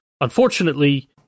Unfortunately